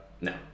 No